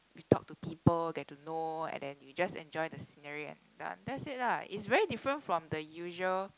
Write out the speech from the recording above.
we talk to people get to know and then we just enjoy the scenery and done that's it lah is very different from the usual